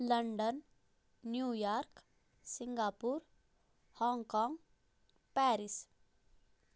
London New York Singapore Hong Kong Paris